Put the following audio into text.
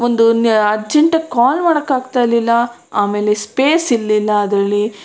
ಒಂದು ಅಜ್ಜೆಂಟಾಗಿ ಕಾಲ್ ಮಾಡೋಕ್ಕಾಗ್ತಾಯಿರ್ಲಿಲ್ಲ ಆಮೇಲೆ ಸ್ಪೇಸ್ ಇರಲಿಲ್ಲ ಅದರಲ್ಲಿ